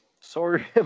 Sorry